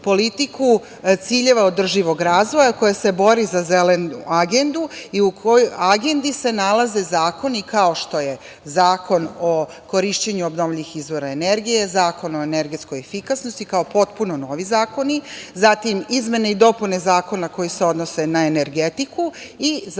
politiku ciljeva održivog razvoja, koja se bori za Zelenu agendu u kojoj se nalaze zakoni kao što je Zakon o korišćenju obnovljivih izvora energije, Zakon o energetskoj efikasnosti kao potpuno novi zakon, zatim izmene i dopune Zakona koji se odnose na energetiku i izmene